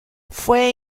fue